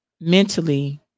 mentally